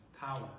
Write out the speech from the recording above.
power